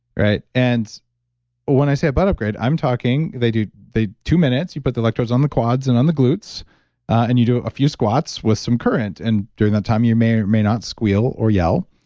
right? and when i say a butt upgrade, i'm talking, they do two minutes, you put the electrodes on the quads and on the glutes and you do a few squats with some current. and during that time you may or may not squeal or yell.